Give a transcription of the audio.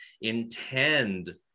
intend